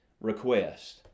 request